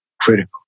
critical